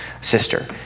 sister